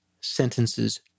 sentences